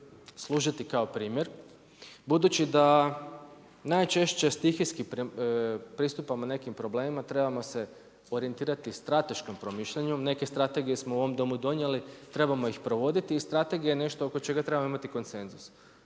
služiti kao primjer, budući da najčešće stihijski pristupamo nekim problemima, trebamo se orijentirati strateškom promišljanju, neke strategije smo u ovom Domu donijeli, trebamo ih provoditi i strategija nešto oko čega trebamo imati konsenzus.